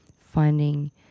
finding